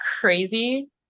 crazy